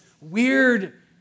weird